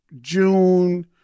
June